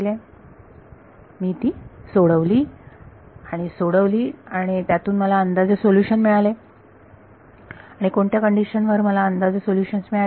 मी मी ती सोडवली आणि सोडवली त्यातून मला अंदाजे सोल्युशन मिळाले आणि कोणत्या कंडिशनवर मला अंदाजे सोल्युशन्स मिळाली